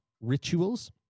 rituals